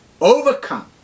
overcome